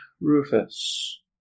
Rufus